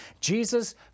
Jesus